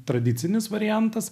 tradicinis variantas